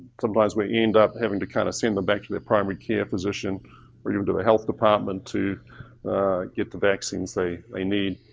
sometimes we end up having to kind of send them back to their primary care physician or even to the health department to get the vaccines they they need.